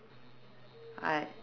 I